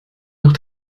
nach